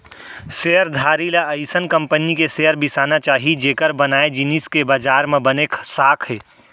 share धारी ल अइसन कंपनी के शेयर बिसाना चाही जेकर बनाए जिनिस के बजार म बने साख हे